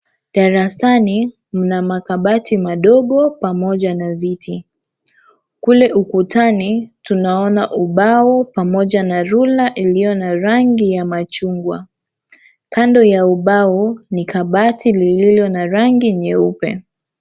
Darasani mna makabati madogo pamoja na viti. Kule ukutani tunaona ubao pamoja na rula iliyo na rangi ya machungwa. Kando ya ubao, ni kabati lililo na rangi nyeupe.